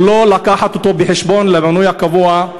לא להביא אותו בחשבון למינוי הקבוע,